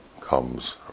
comes